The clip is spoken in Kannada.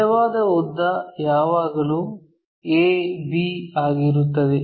ನಿಜವಾದ ಉದ್ದ ಯಾವಾಗಲೂ A B ಆಗಿರುತ್ತದೆ